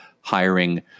hiring